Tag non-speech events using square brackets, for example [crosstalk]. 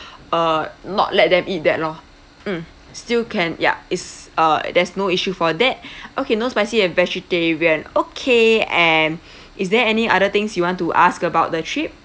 uh not let them eat that lor mm still can ya is uh there's no issue for that [breath] okay no spicy and vegetarian okay and [breath] is there any other things you want to ask about the trip